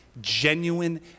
genuine